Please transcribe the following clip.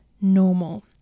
normal